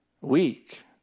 weak